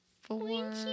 Four